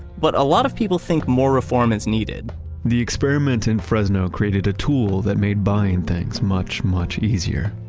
but a lot of people think more reform is needed the experiment in fresno created a tool that made buying things much, much easier.